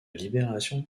libération